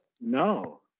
no